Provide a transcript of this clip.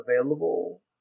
available